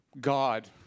God